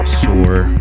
sore